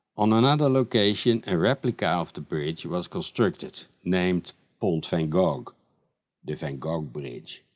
on another location a replica of the bridge was constructed, named pont van gogh gogh the van gogh bridge.